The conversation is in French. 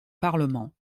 parlement